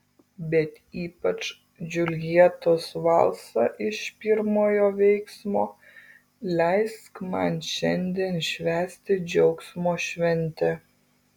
bet ypač džiuljetos valsą iš pirmojo veiksmo leisk man šiandien švęsti džiaugsmo šventę